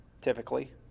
typically